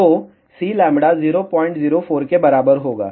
तो Cλ 004 के बराबर होगा